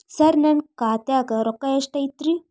ಸರ ನನ್ನ ಖಾತ್ಯಾಗ ರೊಕ್ಕ ಎಷ್ಟು ಐತಿರಿ?